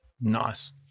nice